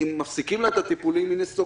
אם מפסיקים לה את הטיפולים היא נסוגה.